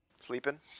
Sleeping